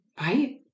right